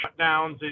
shutdowns